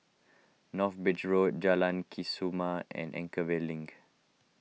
North Bridge Road Jalan Kesoma and Anchorvale Link